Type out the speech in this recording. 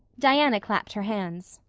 diana clapped her hands.